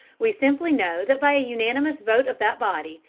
we simply know that by a unanimous vote of that body,